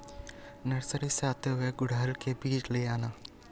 nursery से आते हुए गुड़हल के बीज ले आना